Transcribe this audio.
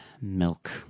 Milk